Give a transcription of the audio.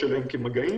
איך היא מורכבת?